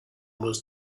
was